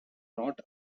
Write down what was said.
not